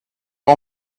all